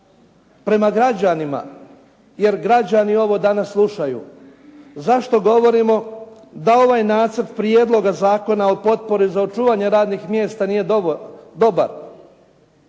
prema građanima, jer građani ovo danas slušaju? Zašto govorimo da ovaj nacrt Prijedloga Zakona o potpori za očuvanje radnih mjesta nije dobar?